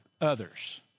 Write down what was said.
others